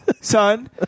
son